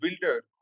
builder